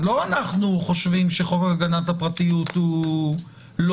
אז לא אנחנו חושבים שחוק הגנת הפרטיות הוא לא